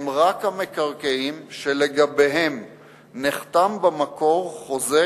הם רק המקרקעין שלגביהם נחתם במקור חוזה